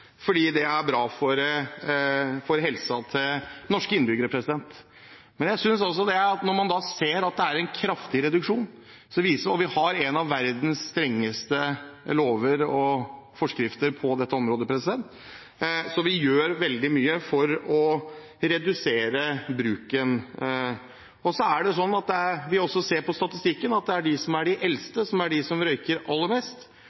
fordi ungdom ikke synes det er «hipt», ungdom synes ikke det er kult å røyke. Det er faktisk «ut» å røyke. Det er veldig bra – det er bra for helsa til norske innbyggere. Vi ser at det er en kraftig reduksjon, og vi har noen av verdens strengeste lover og forskrifter på dette området. Så vi gjør veldig mye for å redusere bruken. Når vi ser på statistikken, er det de eldste som røyker aller mest,